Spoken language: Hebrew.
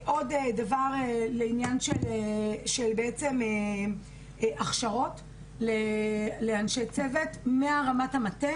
עוד דבר לעניין של בעצם הכשרות לאנשי צוות מרמת המטה